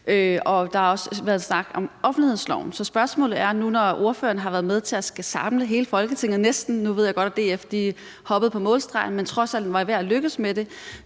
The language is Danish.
Der har også været snak om offentlighedsloven. Så spørgsmålet er nu, når ordføreren har været med til at skulle samle næsten hele Folketinget – jeg ved godt, at DF hoppede på målstregen, men I var trods alt ved at lykkes med det